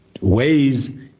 ways